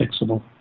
fixable